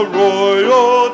royal